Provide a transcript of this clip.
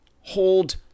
hold